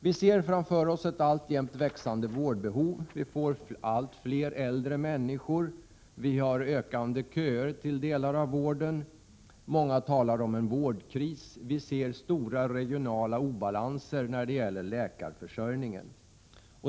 Vi ser framför oss ett alltjämt växande vårdbehov. Vi får allt fler äldre, och köerna till delar av vården ökar. Många talar om en vårdkris. Vidare ser vi stora regionala obalanser när det gäller läkarförsörjningen.